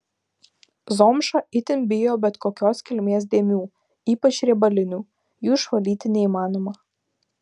zomša itin bijo bet kokios kilmės dėmių ypač riebalinių jų išvalyti neįmanoma